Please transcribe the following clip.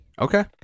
Okay